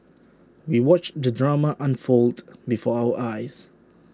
we watched the drama unfold before our eyes